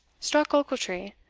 struck ochiltree,